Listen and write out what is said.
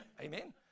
Amen